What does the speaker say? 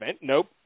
Nope